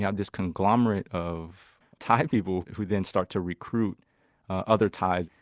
yeah this conglomerate of thai people who then start to recruit other thais